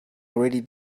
already